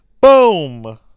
Boom